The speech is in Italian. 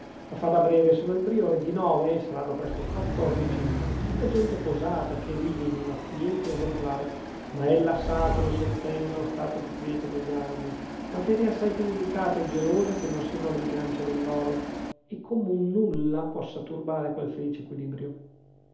a farla breve sono il priore di nove e saranno presto quattordici tutta gente posata che vive in una quiete esemplare ma ella sa come si ottenga lo stato di quiete negli animi materia assai più delicata e gelosa che non siano le bilance dell'oro e come un nulla possa turbare quel felice equilibrio